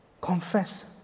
Confess